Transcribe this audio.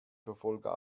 verfolger